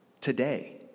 today